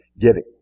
giving